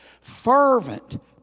fervent